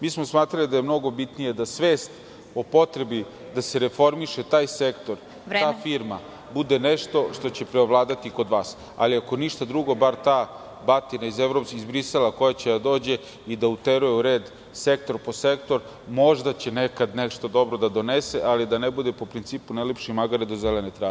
Mi smo shvatili da je mnogo bitnije da svest o potrebi da se reformiše taj sektor, ta firma bude nešto što će preovladati kod vas, ali, ako ništa drugo, bar ta batina iz Brisela koja će da dođe i da uteruje u red sektor po sektor možda će nekad nešto dobro da donese, ali da ne bude po principu – ne lipši magare do zelene trave.